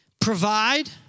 provide